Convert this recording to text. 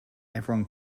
everyone